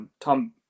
Tom